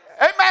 Amen